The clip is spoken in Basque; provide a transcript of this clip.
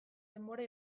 denbora